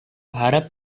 harap